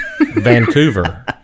Vancouver